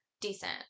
Decent